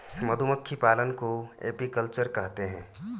मधुमक्खी पालन को एपीकल्चर कहते है